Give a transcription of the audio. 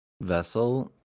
vessel